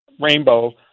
Rainbow